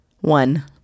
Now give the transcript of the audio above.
one